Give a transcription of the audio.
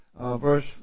verse